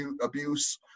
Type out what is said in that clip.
abuse